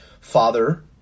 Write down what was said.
father